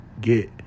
Get